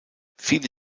viele